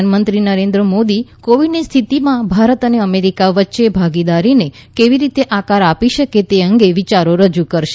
પ્રધાનમંત્રી નરેન્દ્ર મોદી કોવિડની સ્થિતિમાં ભારત અને અમેરિકા વચ્ચે ભાગીદારીને કેવી રીતે આકાર આપી શકે છે તે અંગે વિયારો રજૂ કરાશે